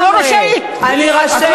את לא רשאית, את לא רשאית.